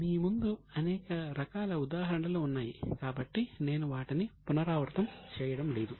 మీ ముందు అనేక రకాల ఉదాహరణలు ఉన్నాయి కాబట్టి నేను వాటిని పునరావృతం చేయడం లేదు